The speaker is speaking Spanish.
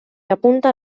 apunta